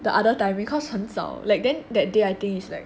the other time because 很早 like then that day I think is like